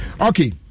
Okay